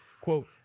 quote